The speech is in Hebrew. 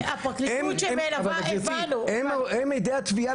הם עדי התביעה,